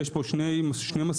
יש פה שני מסלולים,